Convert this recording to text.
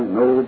no